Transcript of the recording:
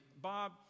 Bob